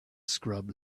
scrub